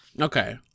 Okay